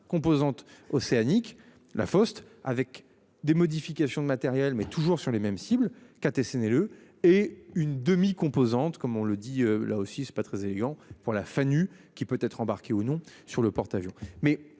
composante océanique, La Poste avec des modifications de matériel mais toujours sur les mêmes cibles quatre SNLE et une demi- composantes comme on le dit, là aussi c'est pas très élégant pour la Fanny qui peut être embarqué ou non sur le porte-avions